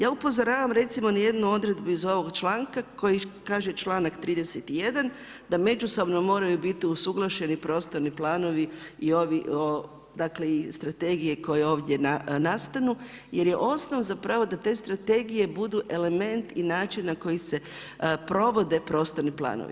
Ja upozoravam recimo na jednu odredbu iz ovog članka, koji kaže članak 31. da međusobno moraju biti usuglašeni prostorni planovi i ovi dakle, i strategije koje ovdje nastanu jer je osnov zapravo da te strategije budu element i način na koji se provode prostorni planovi.